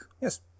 Yes